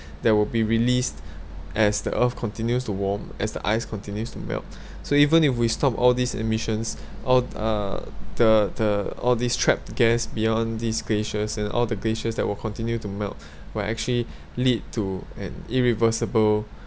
there will be released as the earth continues to warm as the ice continues to melt so even if we stop all these emissions all uh the the all these trapped gas beyond these glaciers and all the glaciers that will continue to melt will actually lead to an irreversible